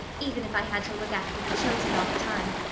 even if i had to look after the children all the time.